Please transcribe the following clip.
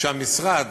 והמשרד